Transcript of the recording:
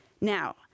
Now